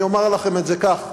אני אומר לכם את זה כך: